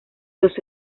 los